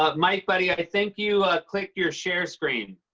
ah mike, buddy, i think you clicked your share screen.